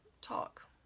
talk